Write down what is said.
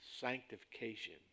sanctification